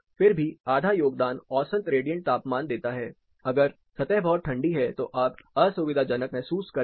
फिर भी आधा योगदान औसत रेडियंट तापमान देता है अगर सतह बहुत ठंडी है तो आप असुविधाजनक महसूस करेंगे